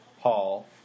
Paul